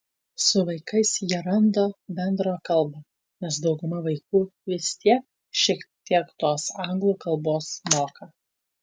su vaikais jie randa bendrą kalbą nes dauguma vaikų vis tiek šiek tiek tos anglų kalbos moka